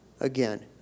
Again